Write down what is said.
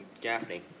Gaffney